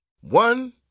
One